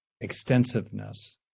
extensiveness